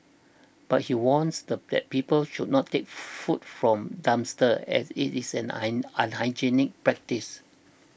but he warns that people should not take food from dumpsters as it is an unhygienic practice